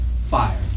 Fire